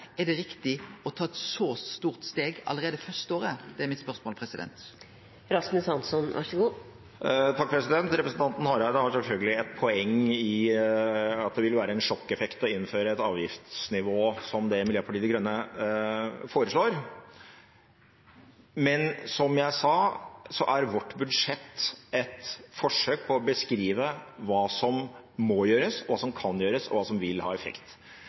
Er det riktig å ta eit så stort steg allereie det første året? Det er mitt spørsmål. Representanten Hareide har selvfølgelig et poeng i at det vil ha en sjokkeffekt å innføre et avgiftsnivå som det Miljøpartiet De Grønne foreslår. Men som jeg sa, er vårt budsjett et forsøk på å beskrive hva som må gjøres, hva som kan gjøres, og hva som vil ha effekt.